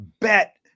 bet